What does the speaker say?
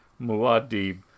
Muad'Dib